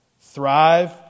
thrive